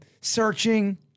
searching